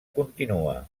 continua